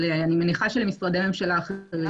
אני מניחה שלמשרדי הממשלה האחרים יש.